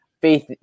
Faith